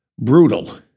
brutal